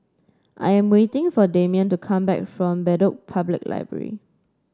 I am waiting for Demian to come back from Bedok Public Library